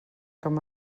com